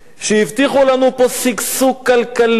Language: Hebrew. שהבטיחו לנו פה שגשוג כלכלי,